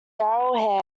darrell